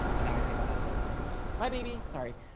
and then i'll give up after like a second week, my baby, sorry.